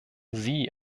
sie